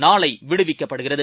நாளைவிடுவிக்கப்படுகிறது